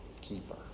keeper